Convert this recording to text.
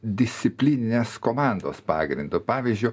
disciplininės komandos pagrindu pavyzdžiui